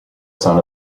son